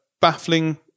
baffling